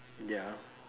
ya